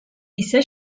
ise